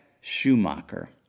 Schumacher